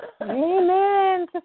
Amen